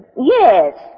yes